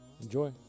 Enjoy